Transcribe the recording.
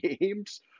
games